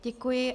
Děkuji.